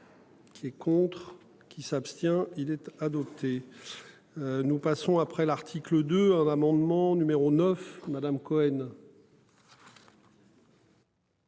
Les contre qui s'abstient-il être adopté. Nous passons après l'article de un amendement numéro 9 Madame Cohen.